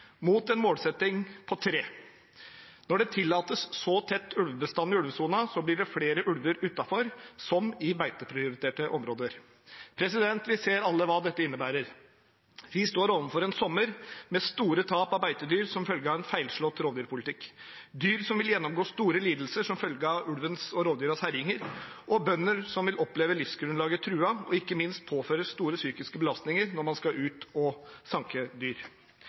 mot en målsetting på tre. Når det tillates så tett ulvebestand i ulvesonen, blir det flere ulver utenfor, som i beiteprioriterte områder. Vi ser alle hva dette innebærer. Vi står overfor en sommer med store tap av beitedyr som følge av en feilslått rovdyrpolitikk, dyr som vil gjennomgå store lidelser som følge av ulvens og rovdyrenes herjinger, og bønder som vil oppleve livsgrunnlaget truet og ikke minst påføres store psykiske belastninger når man skal ut og